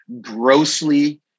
grossly